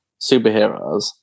superheroes